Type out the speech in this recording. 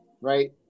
right